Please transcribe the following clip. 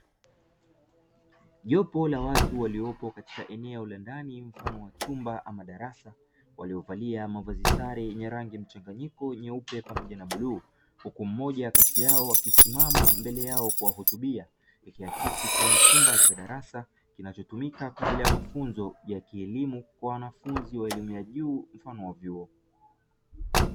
Jopo la watu waliopo katika eneo la ndani mfano wa chumba ama darasa, waliovalia mavazi sare yenye rangi mchanganyiko nyeupe pamoja na bluu; huku mmoja kati yao akisimama mbele yao kuwahutubia, ikiaksi kuwa ni chumba cha darasa kinachotumika kwa ajili ya mafunzo ya kielimu kwa wanafunzi wa elimu ya juu mfano wa vyuo.